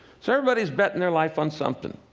so, everybody's betting their life on something.